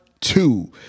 two